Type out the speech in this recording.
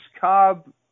Cobb